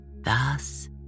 Thus